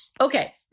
Okay